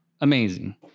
amazing